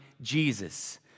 Jesus